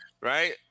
right